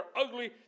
ugly